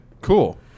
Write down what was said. cool